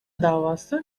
davası